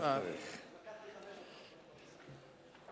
לקח לי חמש דקות, כבוד השר.